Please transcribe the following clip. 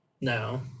no